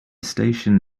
station